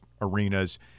arenas